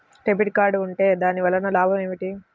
Debit card ఉంటే దాని వలన లాభం ఏమిటీ?